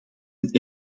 een